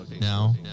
now